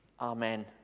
Amen